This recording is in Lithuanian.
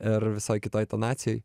ir visoj kitoj tonacijoj